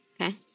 Okay